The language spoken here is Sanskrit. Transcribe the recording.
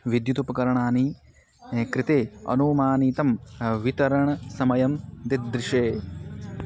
विद्युत् उपकरणानि कृते अनुमानितं वितरणसमयं दिदृशे